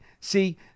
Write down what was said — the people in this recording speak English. See